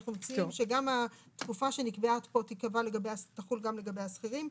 אנחנו מציעים שגם התקופה שנקבעה פה תחול גם לגבי השכירים,